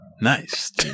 Nice